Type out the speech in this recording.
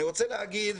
אני רוצה להגיד,